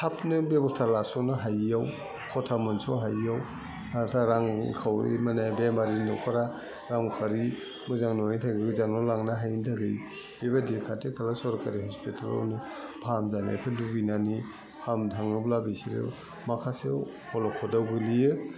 थाबनो बेब'स्था लास'नो हायैयाव खथा मोनस' हायैयाव आरथा रां खावरि माने बेमारि नख'रा रां खावरि मोजां नङैनि थाखाय गोजानाव लांनो हायिनि थाखाय बेबादि खाथि खाला सरखारि हस्पिटालावनो फाहाम जानायखौ लुगैनानै फाहामनो थाङोब्ला बिसोरो माखासे अलखदाव गोलैयो